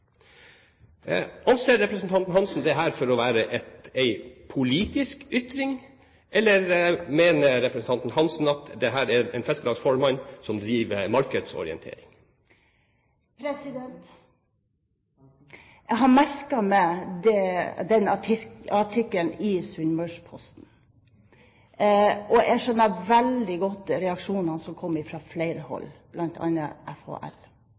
Anser representanten Hansen dette for å være en politisk ytring, eller mener representanten at dette er en fiskarlagsformann som driver markedsorientering? Jeg har merket meg den artikkelen i Sunnmørsposten, og jeg skjønner veldig godt reaksjonene som kom fra flere